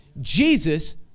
Jesus